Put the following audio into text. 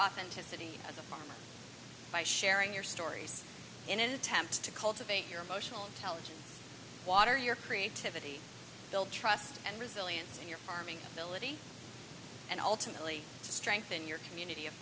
authenticity of the farmer by sharing your stories in an attempt to cultivate your emotional intelligence water your creativity build trust and resilience in your farming ability and ultimately to strengthen your community of